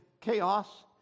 chaos